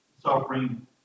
suffering